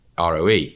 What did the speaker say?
ROE